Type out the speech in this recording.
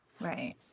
Right